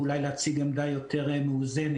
ואולי להציג עמדה יותר מאוזנת.